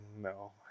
no